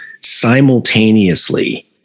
simultaneously